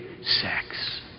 sex